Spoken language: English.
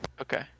okay